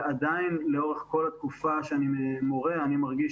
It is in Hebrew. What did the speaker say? ועדיין לאורך כל התקופה שאני מורה אני מרגיש